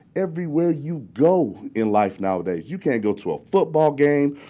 everywhere you go in life nowadays you can't go to a football game,